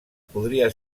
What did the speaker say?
podria